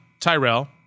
Tyrell